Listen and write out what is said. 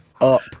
up